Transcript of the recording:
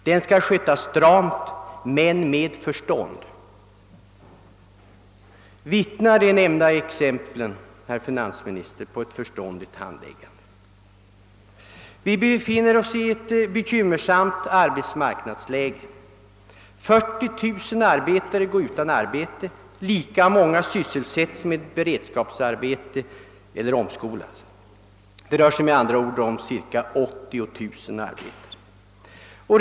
Den skall skötas stramt men med förstånd.» Vittnar de nämnda exemplen, herr finansminister, om ett förståndigt handläggande? Vi befinner oss i ett bekymmersamt arbetsmarknadsläge. 40 000 arbetare går utan arbete, lika många sysselsätts med beredskapsarbeten eller omskolas. Det rör sig med andra ord om cirka 80 000 arbetare.